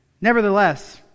Nevertheless